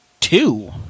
two